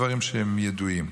דברים שהם ידועים.